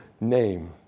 name